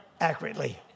accurately